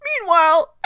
Meanwhile